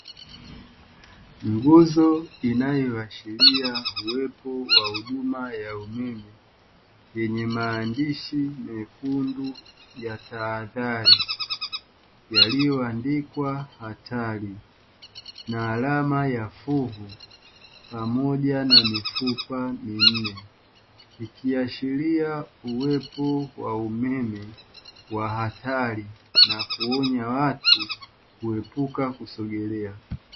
Nguzo inayoashiria uwepo wa huduma ya umeme, yenye maandishi mekundu ya tahadhari, yaliyo andikwa atari na alama ya fuvu pamoja na mifupa minene, ikiashiria uwepo wa umeme wa atari na kuonya watu kuepuka kusogelea.